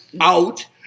Out